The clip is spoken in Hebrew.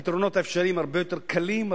הפתרונות האפשריים הרבה יותר קלים,